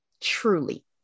Truly